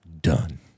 done